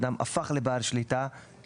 אדם הפך לבעל שליטה,